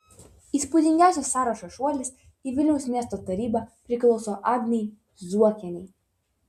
įspūdingiausias sąrašo šuolis į vilniaus miesto tarybą priklauso agnei zuokienei